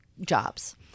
jobs